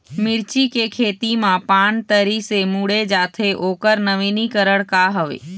मिर्ची के खेती मा पान तरी से मुड़े जाथे ओकर नवीनीकरण का हवे?